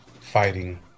Fighting